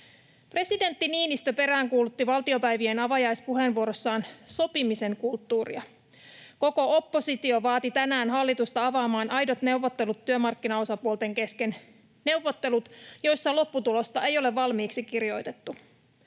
Presidentti Niinistö peräänkuulutti valtiopäivien avajaispuheenvuorossaan sopimisen kulttuuria. Koko oppositio vaati tänään hallitusta avaamaan aidot neuvottelut työmarkkinaosapuolten kesken: neuvottelut, joissa lopputulosta ei ole valmiiksi kirjoitettu.